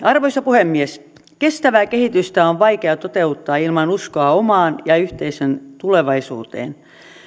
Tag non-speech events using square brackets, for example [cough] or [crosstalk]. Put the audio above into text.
[unintelligible] arvoisa puhemies kestävää kehitystä on vaikea toteuttaa ilman uskoa omaan ja yhteisön tulevaisuuteen